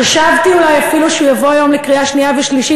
חשבתי שאולי אפילו הוא יבוא היום לקריאה שנייה ושלישית,